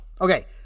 Okay